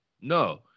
No